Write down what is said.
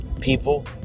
people